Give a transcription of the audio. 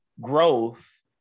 growth